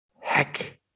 heck